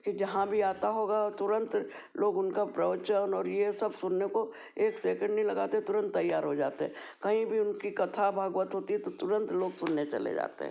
कि जहाँ भी आता होगा तुरंत लोग उनका प्रवचन और ये सब सुनने को एक सेकेंड नहीं लगते तुरंत तैयार हो जाते हैं कहीं भी उनकी कथा भागवत होती है तो तुरंत लोग सुनने चले जाते हैं